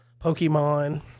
Pokemon